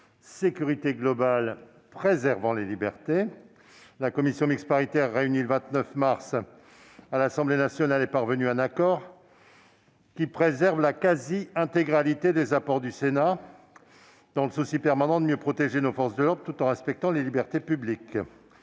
sécurité globale préservant les libertés. La commission mixte paritaire (CMP) réunie le 29 mars dernier à l'Assemblée nationale est parvenue à un accord qui préserve la quasi-intégralité des apports du Sénat, dans le souci permanent de mieux protéger nos forces de l'ordre tout en respectant les libertés publiques.